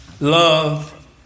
love